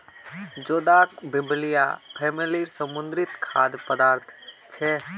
जोदाक बिब्लिया फॅमिलीर समुद्री खाद्य पदार्थ छे